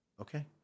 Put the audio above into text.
okay